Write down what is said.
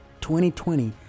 2020